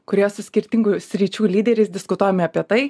kurioje su skirtingų sričių lyderiais diskutojame apie tai